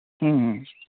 ᱦᱮᱸ